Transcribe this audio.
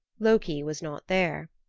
loki was not there.